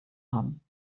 haben